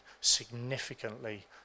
significantly